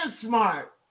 smart